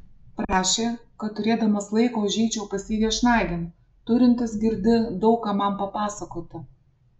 prašė kad turėdamas laiko užeičiau pas jį viešnagėn turintis girdi daug ką man papasakoti